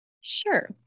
Sure